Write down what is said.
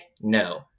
No